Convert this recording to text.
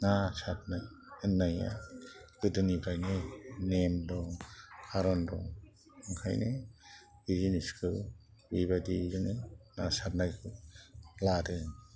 ना सारनो होन्नाया गोदोनिफ्रायनो नेम दं खारन दं ओंखायनो बे जिनिसखौ बेबायदिजोंनो ना सारनायखौ लादों